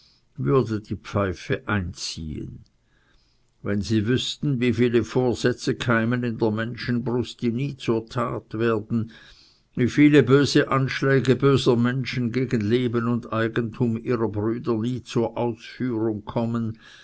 würde die pfeife einziehen wenn sie wüßten wie viele vorsätze keimen in der menschenbrust die nie zur tat werden wie viele böse anschläge böser menschen gegen leben und eigentum ihrer brüder nie zur ausführung kommen